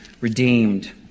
redeemed